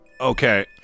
Okay